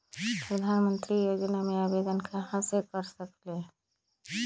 प्रधानमंत्री योजना में आवेदन कहा से कर सकेली?